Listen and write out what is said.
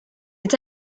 est